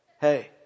hey